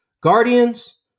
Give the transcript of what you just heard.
Guardians